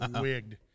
Wigged